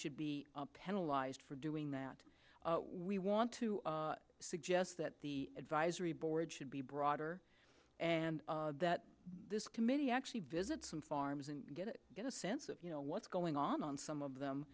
should be penalize for doing that we want to suggest that the advisory board should be broader and that this committee actually visit some farms and get it get a sense of you know what's going on on some of them